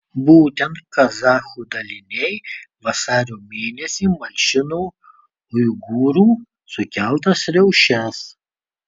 būtent kazachų daliniai vasario mėnesį malšino uigūrų sukeltas riaušes